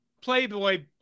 Playboy